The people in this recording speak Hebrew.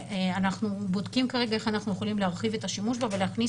אנחנו בודקים כרגע איך אנחנו יכולים להרחיב את השימוש בה ולהכניס